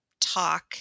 talk